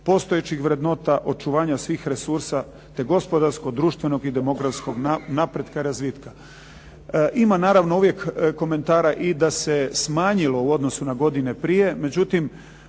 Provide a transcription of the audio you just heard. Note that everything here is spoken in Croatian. postojećih vrednota, očuvanja svih resursa, te gospodarsko društvenog i demokratskog napretka i razvitka. Ima naravno uvijek i komentara da se smanjilo u odnosu na godine prije, međutim